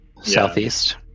Southeast